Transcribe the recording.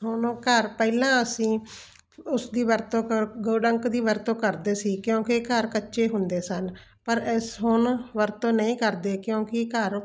ਹੁਣ ਉਹ ਘਰ ਪਹਿਲਾਂ ਅਸੀਂ ਉਸ ਦੀ ਵਰਤੋਂ ਕਰ ਕਾਉ ਡੰਕ ਦੀ ਵਰਤੋਂ ਕਰਦੇ ਸੀ ਕਿਉਂਕਿ ਘਰ ਕੱਚੇ ਹੁੰਦੇ ਸਨ ਪਰ ਇਸ ਹੁਣ ਵਰਤੋਂ ਨਹੀਂ ਕਰਦੇ ਕਿਉਂਕਿ ਘਰ